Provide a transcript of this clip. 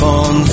on